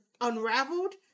unraveled